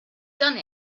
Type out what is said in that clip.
done